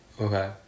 okay